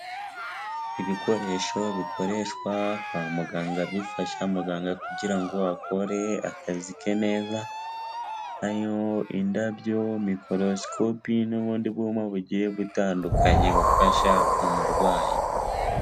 Ibikoresho bikoreshwa kwa muganga bifasha muganga kugira ngo akore akazi ke neza hariyo indabyo, mikorosicopi n'ubundi bwoko bugiye butandukanye bufasha umurwayi.